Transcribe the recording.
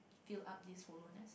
fill up this hollowness